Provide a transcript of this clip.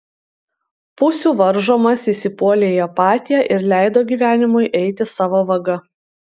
pusių varžomas jis įpuolė į apatiją ir leido gyvenimui eiti savo vaga